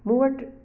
मूं वटि